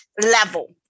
level